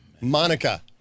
Monica